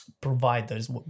providers